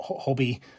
hobby